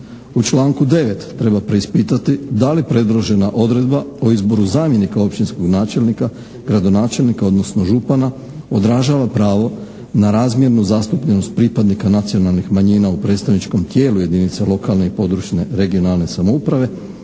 U članku 9. treba preispitati da li predložena odredba o izboru zamjenika općinskog načelnika, gradonačelnika, odnosno župana odražava pravo na razmjernu zastupljenost pripadnika nacionalnih manjina u predstavničkom tijelu jedinica lokalne i područne regionalne samouprave,